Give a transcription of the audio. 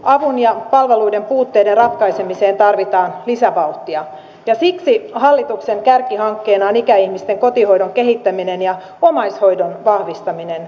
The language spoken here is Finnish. avun ja palveluiden puutteiden ratkaisemiseen tarvitaan lisävauhtia ja siksi hallituksen kärkihankkeena on ikäihmisten kotihoidon kehittäminen ja omaishoidon vahvistaminen